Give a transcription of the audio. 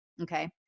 Okay